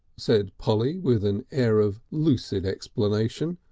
said polly with an air of lucid explanation,